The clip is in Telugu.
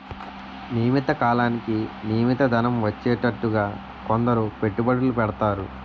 నియమిత కాలానికి నియమిత ధనం వచ్చేటట్టుగా కొందరు పెట్టుబడులు పెడతారు